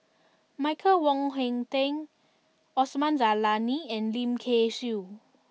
Michael Wong Hong Teng Osman Zailani and Lim Kay Siu